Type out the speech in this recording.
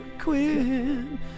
Quinn